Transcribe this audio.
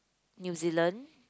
New Zealand